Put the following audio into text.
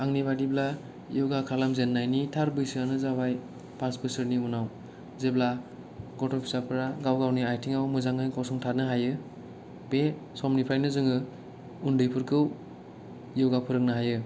आंनि बादिब्ला यगा खालामजेननायनि थार बैसोआनो जाबाय फास बोसोरनि उनाव जेब्ला गथ' फिसाफोरा गाव गावनि आयथिंआव मोजाङै गसंथानो हायो बे समनिफ्राइनो जोङो उन्दैफोरखौ यगा फोरोंनो हायो